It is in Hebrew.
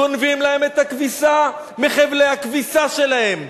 גונבים להם את הכביסה מחבלי הכביסה שלהם.